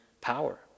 power